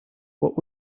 what